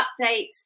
updates